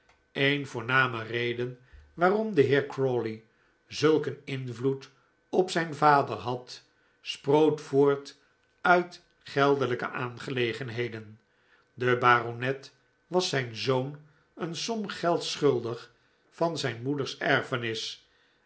een voorname reden waarom de heer crawley zulk een invloed op zijn vader had sproot voort uit geldelijke aangelegenheden de baronet was zijn zoon een som gelds schuldig van zijn moeders erfenis